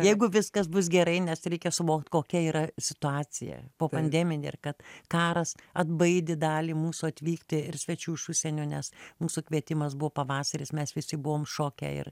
jeigu viskas bus gerai nes reikia suvokt kokia yra situacija popandeminė ir kad karas atbaidė dalį mūsų atvykti ir svečių iš užsienio nes mūsų kvietimas buvo pavasaris mes visi buvom šoke ir